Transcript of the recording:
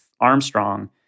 Armstrong